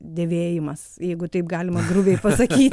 dėvėjimas jeigu taip galima taip grubiai pasakyti